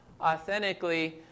authentically